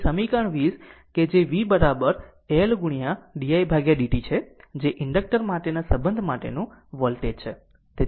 તેથી સમીકરણ 20 કે જે v L di dt છે જે ઇન્ડક્ટર માટેના સંબંધ માટેનું વોલ્ટેજ છે